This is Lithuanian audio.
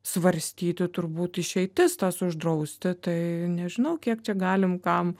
svarstyti turbūt išeitis tas uždrausti tai nežinau kiek čia galim kam